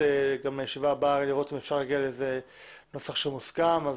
לישיבה הבאה ולראות אם אפשר להגיע לנוסח שמוסכם,